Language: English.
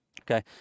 Okay